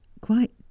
Quite